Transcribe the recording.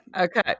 okay